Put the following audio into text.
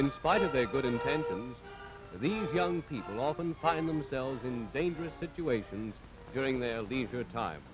in spite of their good intentions but these young people often find themselves in dangerous situations during their leisure time